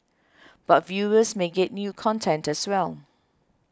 but viewers may get new content as well